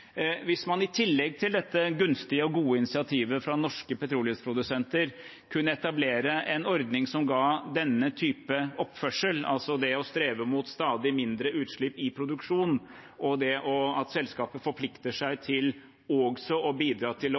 Hvis man i tillegg til dette gunstige og gode initiativet fra norske petroleumsprodusenter kunne etablere en ordning som ga denne type oppførsel, altså det å strebe mot stadig mindre utslipp i produksjonen og det at selskaper forplikter seg til også å bidra til å